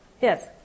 yes